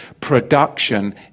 Production